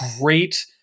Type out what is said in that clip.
great